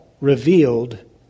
revealed